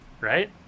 Right